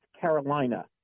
Carolina